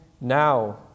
now